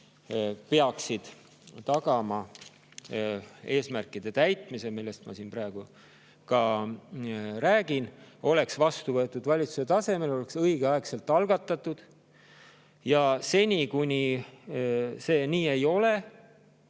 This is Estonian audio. peaksid tagama eesmärkide täitmise, millest ma siin praegu ka rääkisin, oleks vastu võetud valitsuse tasemel ja õigeaegselt algatatud. Ja kuni see nii ei ole,